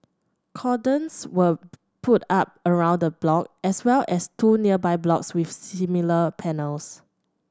cordons were put up around the block as well as two nearby blocks with similar panels